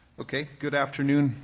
okay. good afternoon,